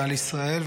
ועל ישראל,